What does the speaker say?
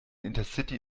intercity